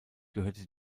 gehörte